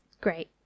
Great